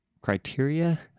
Criteria